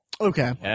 Okay